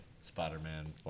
Spider-Man